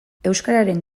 euskararen